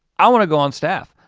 i wanna go on staff.